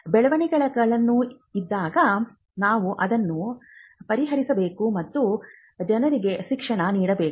ಬೆಳವಣಿಗೆಗಳು ಇದ್ದಾಗ ನಾವು ಅದನ್ನು ಪರಿಹರಿಸಬೇಕು ಮತ್ತು ಜನರಿಗೆ ಶಿಕ್ಷಣ ನೀಡಬೇಕು